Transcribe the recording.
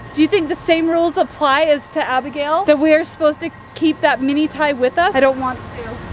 do you think the same rules apply as to abigail, that we're supposed to keep that mini ty with us? i don't want to.